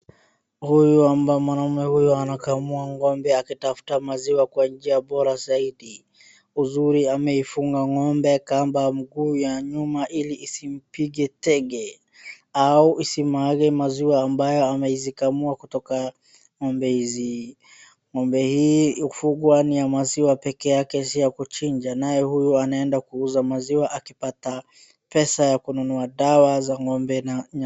Huyu hapa ni mwanaume huyu anakamua ng'ombe akitafuta maziwa kwa njia bora zaidi, uzuri ameifunga ng'ombe kamba mguu ya nyuma ili isimpige teke, au isimwage maziwa ambayo amezikamua kutoka ng'ombe hizi, ng'ombe hii hufugwa ni ya maziwa peke yake si ya kuchinja, naye huyu anaendaa kuuza maziwa akipata pesa ya kununua dawa za ng'ombe na.